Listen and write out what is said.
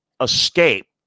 escape